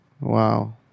Wow